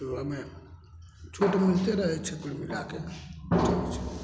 ओहिमे छूट मिलिते रहै छै कुल मिलाके ठीक छै